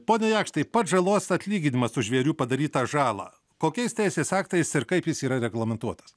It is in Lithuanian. pone jakštai pats žalos atlyginimas už žvėrių padarytą žalą kokiais teisės aktais ir kaip jis yra reglamentuotas